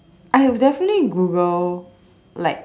I would definitely Google like